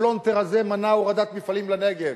הפלונטר הזה מנע הורדת מפעלים לנגב,